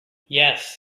yes